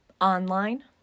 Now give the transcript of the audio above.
online